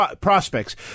prospects